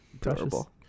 terrible